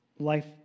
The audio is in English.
life